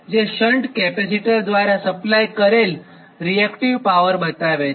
જે shunt capacitor દ્વારા supply કરેલ રીએક્ટીવ પાવર બતાવે છે